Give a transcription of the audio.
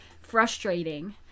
frustrating